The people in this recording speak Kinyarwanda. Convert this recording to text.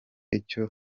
icyo